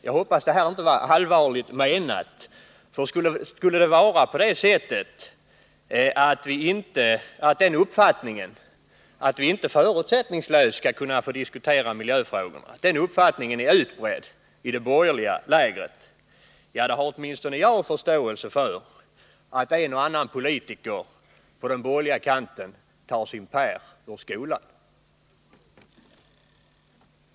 Jag hoppas att detta inte var allvarligt menat, för skulle det vara så att uppfattningen att vi inte förutsättningslöst kan diskutera miljöfrågor är utbredd i det borgerliga lägret har åtminstone jag förståelse för att en och annan politiker på den borgerliga kanten tar sin Per ur skolan.